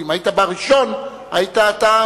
אם היית בא ראשון, היית עונה.